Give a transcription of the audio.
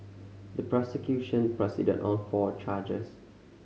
the prosecution proceeded on four charges